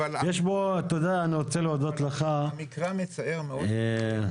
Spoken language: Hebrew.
אני רוצה להודות לך בשלב זה.